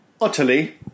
Utterly